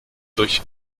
durch